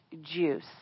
juice